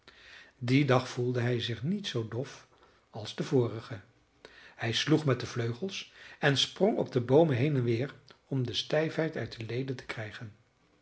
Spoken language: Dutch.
dien dag voelde hij zich niet zoo dof als den vorigen hij sloeg met de vleugels en sprong op de boomen heen en weer om de stijfheid uit de leden te krijgen